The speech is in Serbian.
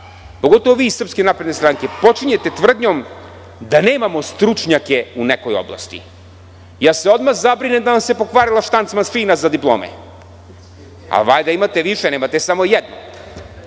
pogotovo vi iz Srpske napredne stranke, počinjete tvrdnjom da nemamo stručnjake u nekoj oblasti. Odmah se zabrinem da se pokvarila štanc mašina za diplome. Pa valjda imate više, nemate samo jednu,